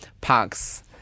parks